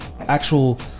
actual